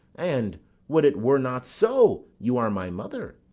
and would it were not so you are my mother.